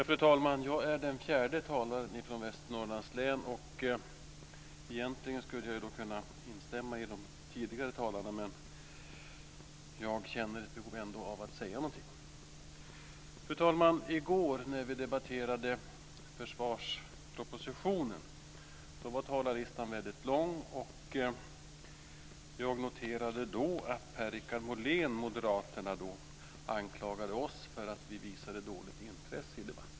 Fru talman! Jag är den fjärde talaren från Västernorrlands län. Egentligen skulle jag kunna nöja mig med att instämma med de tidigare talarna, men jag känner ändå ett behov av att säga något. Fru talman! När vi i går debatterade försvarspropositionen var talarlistan väldigt lång. Jag noterade då att Per-Richard Molén, Moderaterna, anklagade oss för att visa dåligt intresse för debatten.